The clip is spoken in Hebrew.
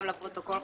גם לפרוטוקול,